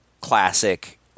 classic